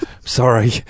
Sorry